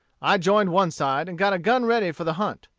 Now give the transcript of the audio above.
i joined one side, and got a gun ready for the hunt.